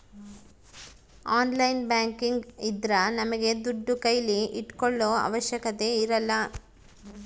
online banking ಇದ್ರ ನಮ್ಗೆ ದುಡ್ಡು ಕೈಲಿ ಇಟ್ಕೊಳೋ ಅವಶ್ಯಕತೆ ಇರಲ್ಲ